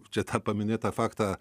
čia tą paminėtą faktą